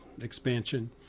expansion